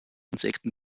insekten